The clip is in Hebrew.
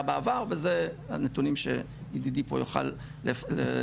בעבר וזה הנתונים שידידי פה יוכל להגיד.